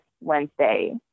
Wednesday